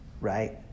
right